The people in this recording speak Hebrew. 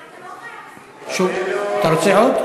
אתה לא חייב, אתה רוצה עוד?